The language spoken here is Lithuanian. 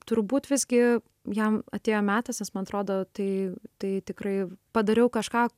turbūt visgi jam atėjo metas nes man atrodo tai tai tikrai padariau kažką